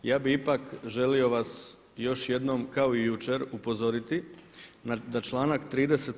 Ja bi ipak želio vas još jednom kao i jučer upozoriti da članak 30.